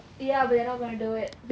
yeah but they're not going to do it